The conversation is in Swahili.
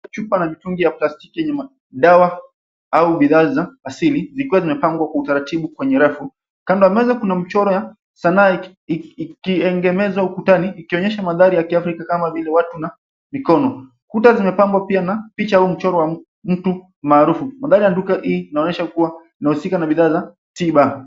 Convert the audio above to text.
Chupa na mitungi ya plastiki yenye madawa au bidhaa za asili zikiwa zimepangwa kwa utaratibu kwenye rafu. Kando ya meza kuna mchoro ya sanaa ikiegemenza ukutani ikionyesha mandhari ya Afrika kama vile watu na mikono. Kuta zimepambwa pia na picha au mchoro wa mtu maharufu. Mandhari ya duka hii inaonyesha kuwa inahusika na bidhaa za timber .